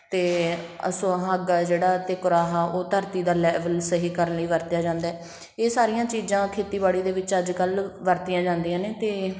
ਅਤੇ ਸੁਹਾਗਾ ਜਿਹੜਾ ਅਤੇ ਕੁਰਾਹਾ ਉਹ ਧਰਤੀ ਦਾ ਲੈਵਲ ਸਹੀ ਕਰਨ ਲਈ ਵਰਤਿਆ ਜਾਂਦਾ ਇਹ ਸਾਰੀਆਂ ਚੀਜ਼ਾਂ ਖੇਤੀਬਾੜੀ ਦੇ ਵਿੱਚ ਅੱਜ ਕੱਲ੍ਹ ਵਰਤੀਆਂ ਜਾਂਦੀਆਂ ਨੇ ਅਤੇ